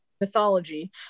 mythology